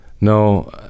No